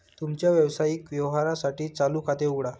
तुमच्या व्यावसायिक व्यवहारांसाठी चालू खाते उघडा